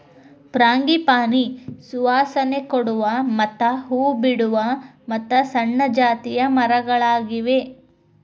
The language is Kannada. ಫ್ರಾಂಗಿಪಾನಿ ಸುವಾಸನೆ ಕೊಡುವ ಮತ್ತ ಹೂ ಬಿಡುವ ಮತ್ತು ಸಣ್ಣ ಜಾತಿಯ ಮರಗಳಾಗಿವೆ